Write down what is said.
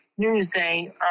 Newsday